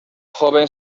joven